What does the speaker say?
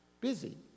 busy